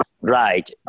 Right